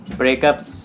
breakups